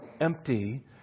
empty